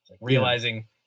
Realizing